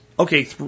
Okay